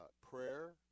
prayer